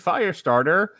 Firestarter